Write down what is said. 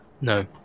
no